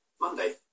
Monday